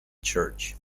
church